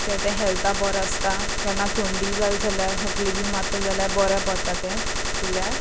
ते ते हेल्था बरो आसता केन्ना थंडी जाली जाल्यार खोकली बी मात जाल्यार बरे पडटा ते पिल्यार